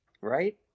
right